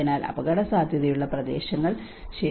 അതിനാൽ അപകടസാധ്യതയുള്ള നിരവധി പ്രദേശങ്ങൾ ശരിയാണ്